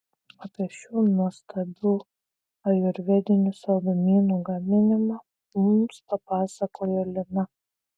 apie šių nuostabių ajurvedinių saldumynų gaminimą mums papasakojo lina